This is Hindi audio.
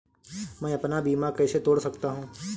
मैं अपना बीमा कैसे तोड़ सकता हूँ?